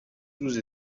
sous